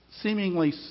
seemingly